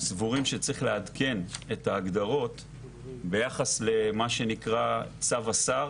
סבורים שצריך לעדכן את ההגדרות ביחס למה שנקרא צו השר